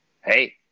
Hey